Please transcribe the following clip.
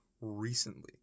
recently